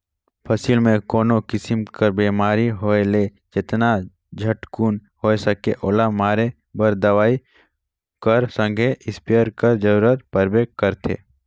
फसिल मे कोनो किसिम कर बेमारी होए ले जेतना झटकुन होए सके ओला मारे बर दवई कर संघे इस्पेयर कर जरूरत परबे करथे